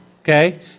Okay